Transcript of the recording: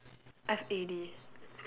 F A D